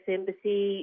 Embassy